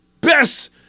best